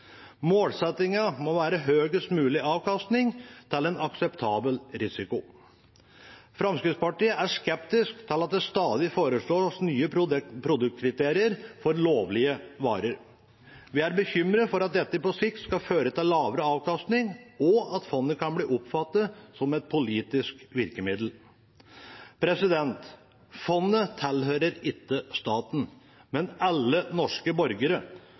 må være høyest mulig avkastning til en akseptabel risiko. Fremskrittspartiet er skeptisk til at det stadig foreslås nye produktkriterier for lovlige varer. Vi er bekymret for at dette på sikt skal føre til lavere avkastning og at fondet kan bli oppfattet som et politisk virkemiddel. Fondet tilhører ikke staten, men alle norske borgere,